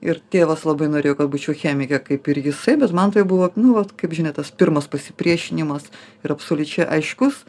ir tėvas labai norėjo kad būčiau chemikė kaip ir jisai bet man tai buvo nu vat kaip žinia tas pirmas pasipriešinimas ir absoliučiai aiškus